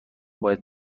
باید